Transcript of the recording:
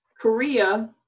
Korea